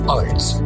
arts